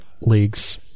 league's